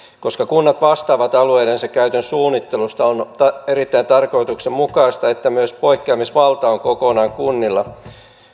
koska kunnat vastaavat alueidensa käytön suunnittelusta on erittäin tarkoituksenmukaista että myös poikkeamisvalta on kokonaan kunnilla